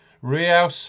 Real